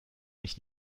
nicht